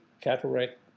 cataract